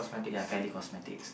ya Kylie cosmetics